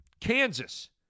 Kansas